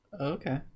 Okay